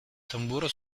tamburo